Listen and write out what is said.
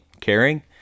caring